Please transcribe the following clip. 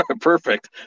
Perfect